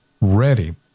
ready